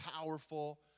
powerful